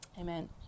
Amen